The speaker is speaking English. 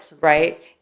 right